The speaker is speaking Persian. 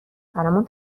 برامون